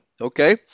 okay